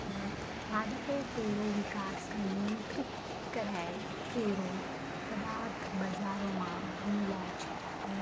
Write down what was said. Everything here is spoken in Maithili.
पादपों केरो विकास क नियंत्रित करै केरो पदार्थ बाजारो म मिलै छै